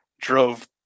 drove